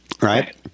right